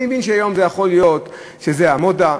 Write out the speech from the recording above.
אני מבין שהיום יכול להיות שזו המודה,